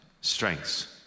strengths